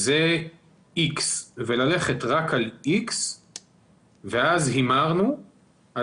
זה איקס וללכת רק על איקס ואז הימרנו על